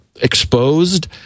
exposed